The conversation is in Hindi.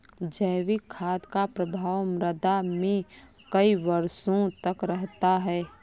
जैविक खाद का प्रभाव मृदा में कई वर्षों तक रहता है